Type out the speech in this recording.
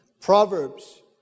Proverbs